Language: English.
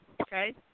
okay